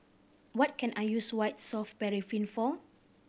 what can I use White Soft Paraffin for